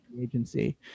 agency